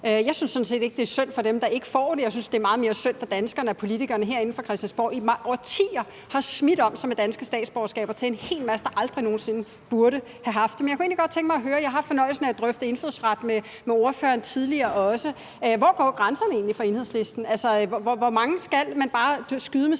Jeg synes sådan set ikke, det er synd for dem, der ikke får statsborgerskabet. Jeg synes, det er meget mere synd for danskerne, at politikerne herinde fra Christiansborg i årtier har smidt om sig med danske statsborgerskaber til en hel masse, der aldrig nogen sinde burde have haft det. Men der er noget, jeg egentlig godt kunne tænke mig at høre. Jeg har også tidligere haft fornøjelsen af at drøfte indfødsret med ordføreren. Hvor går grænserne egentlig for Enhedslisten? Altså, hvor mange danske